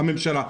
הממשלה.